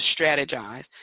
strategize